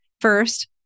First